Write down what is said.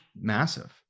massive